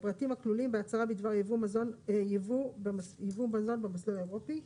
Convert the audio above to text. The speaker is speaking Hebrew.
הפרטים הכלולים בהצהרה בדבר יבוא מזון במסלול האירופי,